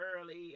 early